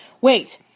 wait